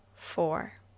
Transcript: Four